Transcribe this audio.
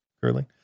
curling